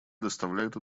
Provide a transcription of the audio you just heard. доставляет